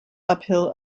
uphill